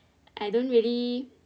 I don't really